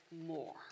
more